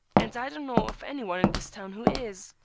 and i don't know of any one in this town who is,